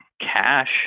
cash